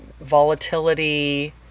volatility